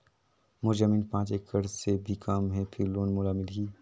मोर जमीन पांच एकड़ से भी कम है फिर लोन मोला मिलही?